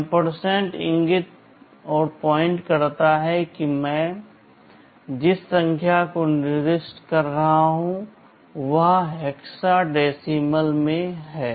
ampersand इंगित करता है कि मैं जिस संख्या को निर्दिष्ट कर रहा हूं वह हेक्साडेसिमल में है